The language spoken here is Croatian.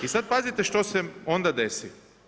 I sada pazite što se onda desi.